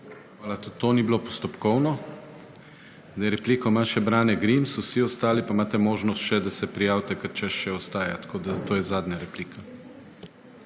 Hvala. Tudi to ni bilo postopkovno. Repliko ima še Branko Grims, vsi ostali pa imate še možnost, da se prijavite, ker čas še ostaja. Tako da to je zadnja replika.